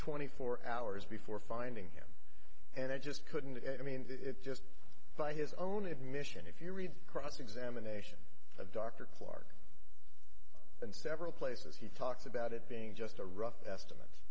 twenty four hours before finding him and i just couldn't i mean it just by his own admission if you read cross examination of dr clark and several places he talks about it being just a rough estimate